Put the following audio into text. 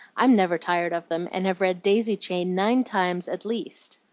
i'm never tired of them, and have read daisy chain nine times at least.